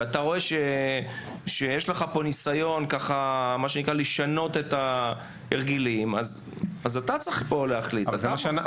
ורואה שיש פה ניסיון לשנות את ההרגלים אתה צריך להחליט פה.